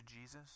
Jesus